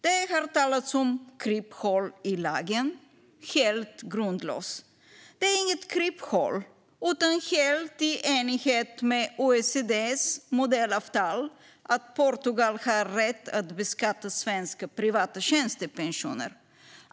Det har talats om kryphål i lagen, helt grundlöst. Det är inget kryphål utan helt i enlighet med OECD:s modellavtal att Portugal har rätt att beskatta svenska privata tjänstepensioner.